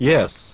Yes